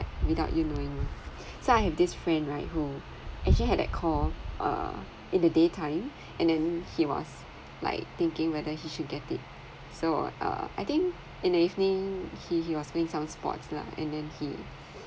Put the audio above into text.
without you knowing [one] so I have this friend right who actually had a call uh in the daytime and then he was like thinking whether he should get it so uh I think in the evening he he was doing some sports lah and then he